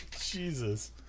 Jesus